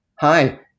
hi